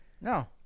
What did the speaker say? No